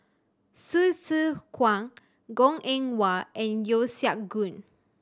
Hsu Tse Kwang Goh Eng Wah and Yeo Siak Goon